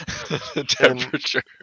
temperature